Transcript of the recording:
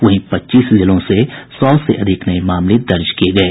वहीं पच्चीस जिलों में सौ से अधिक नये मामले दर्ज किये गये